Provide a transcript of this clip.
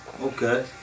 Okay